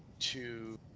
to